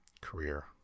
Career